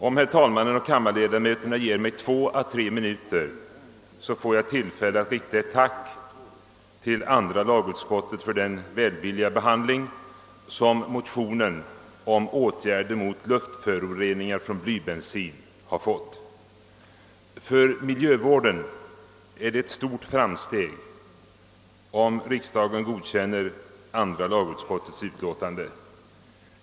Om herr talmannen och kammarledamöterna ger mig två å tre minuter får jag tillfälle att rikta ett tack till andra lagutskottet för den välvilliga behandling som motionen om åtgärder mot luftföroreningar på grund av blytillsatserna i bensin har fått. För miljövården är det ett stort framsteg om riksdagen an tar andra lagutskottets hemställan.